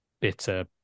bitter